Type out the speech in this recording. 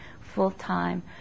full-time